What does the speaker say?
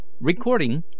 Recording